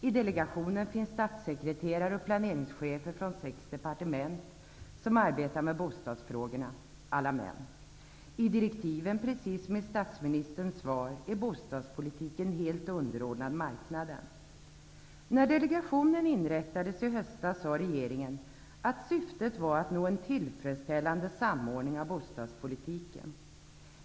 I delegationen finns statssekreterare och planeringschefer från sex departement som arbetar med bostadsfrågorna -- alla män. I direktiven precis som i statsministerns svar är bostadspolitiken helt underordnad marknaden. När delegationen inrättades i höstas anförde regeringen att syftet var att nå en tillfredsställande samordning av bostadspolitiken.